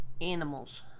Animals